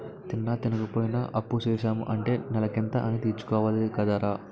తిన్నా, తినపోయినా అప్పుసేసాము అంటే నెలకింత అనీ తీర్చుకోవాలి కదరా